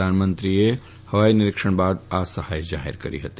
પ્રધાનમંત્રીએ હવાઈ નીરીક્ષણ બાદ આ સહાય જાહેર કરી હતી